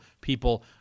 people